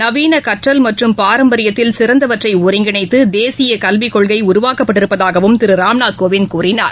நவீனகற்றல் மற்றும் பாரம்பரியத்தில் சிறந்தவற்றைஒருங்கிணைத்தேசியகல்விக்கொள்கைஉருவாக்கப்பட்டிருப்பதாகவும் திருராம்நாத் கோவிந்த் கூறினார்